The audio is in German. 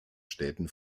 städten